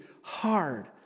hard